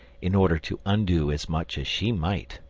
in order to undo as much as she might